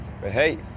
Hey